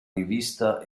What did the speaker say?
rivista